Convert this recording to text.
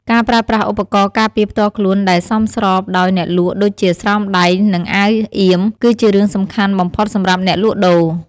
ការប្រើប្រាស់ឧបករណ៍ការពារផ្ទាល់ខ្លួនដែលសមស្របដោយអ្នកលក់ដូចជាស្រោមដៃ និងអាវអៀម គឺជារឿងសំខាន់បំផុតសម្រាប់អ្នកលក់ដូរ។